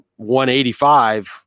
185